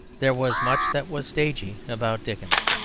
there was much that was stagey about dickens.